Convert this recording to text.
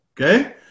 Okay